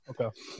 Okay